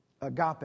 Agape